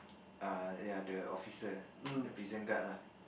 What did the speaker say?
err ya the officer the prison guard lah